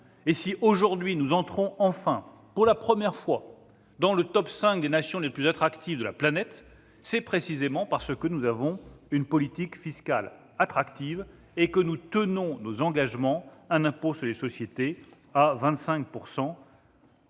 attractivité. Si nous entrons enfin pour la première fois dans le top 5 des nations les plus attractives de la planète, c'est précisément parce que nous avons une politique fiscale attractive et que nous tenons nos engagements : un impôt sur les sociétés à 25